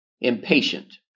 impatient